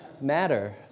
matter